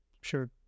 sure